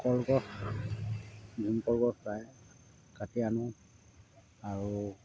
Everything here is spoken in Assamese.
কলগছ ভীমকল গছ প্ৰায় কাটি আনোঁ আৰু